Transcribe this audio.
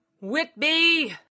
Whitby